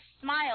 smile